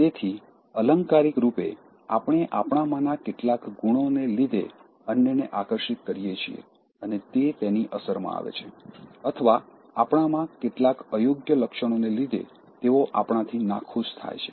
તેથી અલંકારિક રૂપે આપણે આપણામાંના કેટલાક ગુણોને લીધે અન્યને આકર્ષિત કરીએ છીએ અને તે તેની અસરમાં આવે છે અથવા આપણામાં કેટલાક અયોગ્ય લક્ષણોને લીધે તેઓ આપણાથી નાખુશ થાય છે